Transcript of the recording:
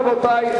רבותי,